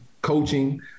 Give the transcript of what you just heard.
coaching